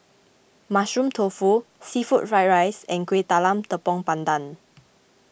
Mushroom Tofu Seafood Fried Rice and Kuih Talam Tepong Pandan